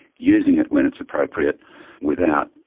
using it when it's appropriate without,